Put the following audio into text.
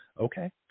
okay